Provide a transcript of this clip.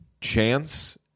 chance